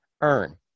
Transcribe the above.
earn